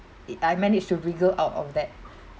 it I managed to wriggle out of that